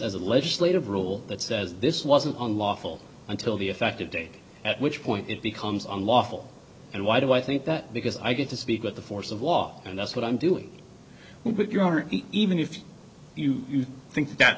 as a legislative rule that says this wasn't on lawful until the effective date at which point it becomes on lawful and why do i think that because i get to speak with the force of law and that's what i'm doing your honor even if you think that